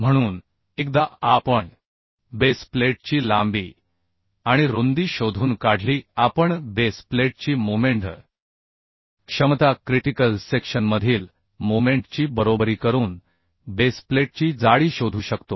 म्हणून एकदा आपण बेस प्लेटची लांबी आणि रुंदी शोधून काढली की आपण बेस प्लेटची मोमेंट क्षमता क्रिटिकल सेक्शनमधील मोमेंट ची बरोबरी करून बेस प्लेटची जाडी शोधू शकतो